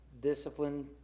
Discipline